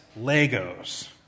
legos